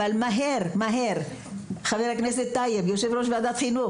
מהר, חבר הכנסת טייב, יושב ראש ועדת החינוך